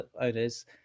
owners